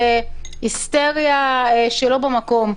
זה היסטריה שלא במקום.